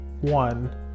one